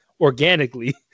organically